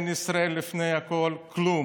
אין ישראל לפני הכול, כלום,